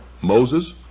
Moses